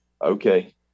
okay